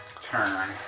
turn